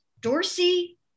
Dorsey